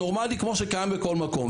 נורמלי כמו שקיים בכל מקום,